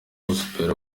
gospel